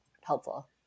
helpful